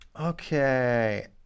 Okay